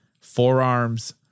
forearms